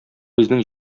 безнең